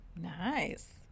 Nice